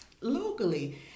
locally